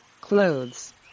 clothes